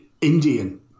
Indian